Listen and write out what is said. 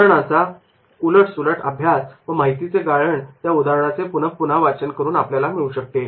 उदाहरणाचा उलट सुलट अभ्यास आणि माहितीचे गाळण त्या उदाहरणाचे पुन्हा पुन्हा वाचन करून आपल्याला मिळू शकते